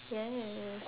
yes